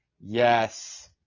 Yes